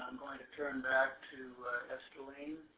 going to turn back to esterline.